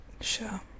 Sure